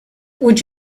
would